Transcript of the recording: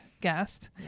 guest